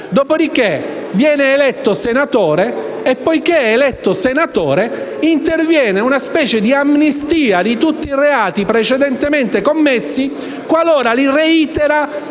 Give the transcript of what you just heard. Dopodiché viene eletto senatore e poiché è eletto parlamentare interviene una specie di amnistia di tutti i reati precedentemente commessi qualora li reitera